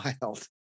wild